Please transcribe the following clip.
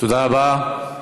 תודה רבה.